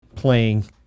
playing